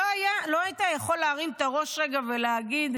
לא היית יכול להרים את הראש רגע ולהגיד,